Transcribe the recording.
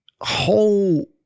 whole